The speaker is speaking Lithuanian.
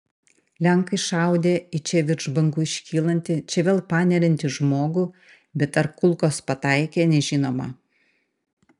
lenkai šaudę į čia virš bangų iškylantį čia vėl paneriantį žmogų bet ar kulkos pataikė nežinoma